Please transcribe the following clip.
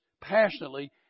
passionately